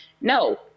No